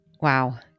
Wow